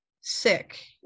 sick